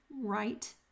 right